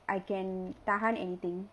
I can tahan anything